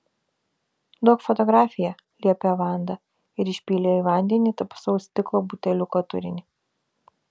duok fotografiją liepė vanda ir išpylė į vandenį tamsaus stiklo buteliuko turinį